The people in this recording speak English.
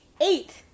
Eight